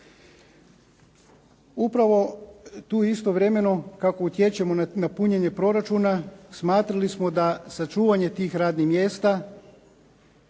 Upravo tu istovremeno kako utječemo na punjenje proračuna smatrali smo da sačuvanje tih radnih mjesta